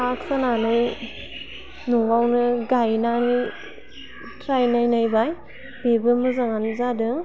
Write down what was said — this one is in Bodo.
हा खोनानै न'वावनो गायनानै ट्राइ नायनायबाय बिबो मोजाङानो जादों